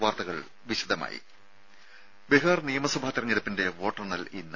വാർത്തകൾ വിശദമായി ബീഹാർ നിയമസഭാ തെരഞ്ഞെടുപ്പിന്റെ വോട്ടെണ്ണൽ ഇന്ന്